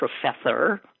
professor